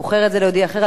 מוכר את זה ליהודי אחר,